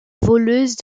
voleuse